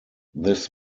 this